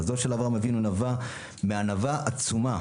חסדו של אברהם אבינו נבע מענווה עצומה,